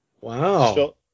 Wow